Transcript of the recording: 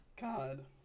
God